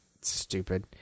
stupid